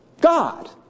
God